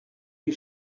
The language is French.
les